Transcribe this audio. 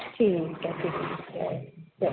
ਠੀਕ ਹੈ ਠੀਕ ਹੈ